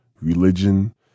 religion